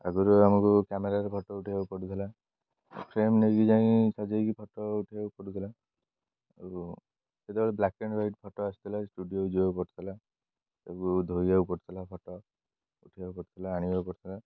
ଆଗରୁ ଆମକୁ କ୍ୟାମେରାରେ ଫଟୋ ଉଠେଇବାକୁ ପଡ଼ୁଥିଲା ଫ୍ରେମ୍ ନେଇକି ଯାଇ ସଜେଇକି ଫଟୋ ଉଠେଇବାକୁ ପଡ଼ୁଥିଲା ଆଉ ସେତେବେଳେ ବ୍ଲାକ୍ ଆଣ୍ଡ ହ୍ୱାଇଟ ଫଟୋ ଆସୁଥିଲା ଷ୍ଟୁଡ଼ିଓ ଯିବାକୁ ପଡ଼ିୁଥିଲା ତାକୁ ଧୋଇବାକୁ ପଡ଼ୁଥିଲା ଫଟୋ ଉଠେଇବାକୁ ପଡ଼ିୁଥିଲା ଆଣିବାକୁ ପଡ଼ୁଥିଲା